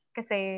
Kasi